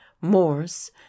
Morse